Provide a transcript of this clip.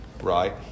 Right